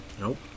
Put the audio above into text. Nope